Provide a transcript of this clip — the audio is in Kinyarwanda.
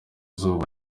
izuba